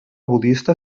budista